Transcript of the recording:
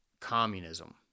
communism